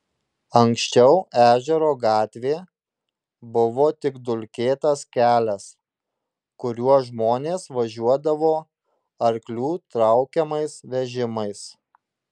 anksčiau ežero gatvė buvo tik dulkėtas kelias kuriuo žmonės važiuodavo arklių traukiamais vežimais